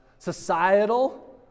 Societal